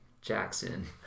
Jackson